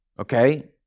okay